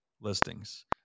listings